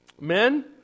men